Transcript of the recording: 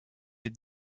est